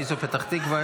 מי זו פתח תקווה,